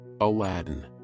Aladdin